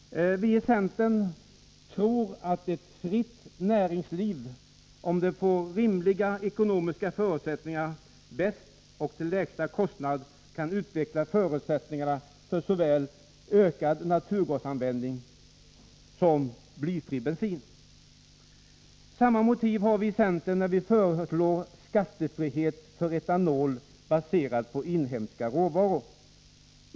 Viicentern tror att ett fritt näringsliv, om det får rimliga ekonomiska möjligheter, bäst och till lägsta kostnad kan utveckla förutsättningarna att få fram såväl ökad naturgasanvändning som blyfri bensin. Samma motiv har vi i centern när vi föreslår skattefrihet för etanol baserad på inhemska råvaror.